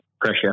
pressure